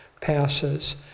passes